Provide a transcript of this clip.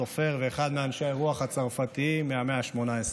סופר ואחד מאנשי הרוח הצרפתים מהמאה ה-18.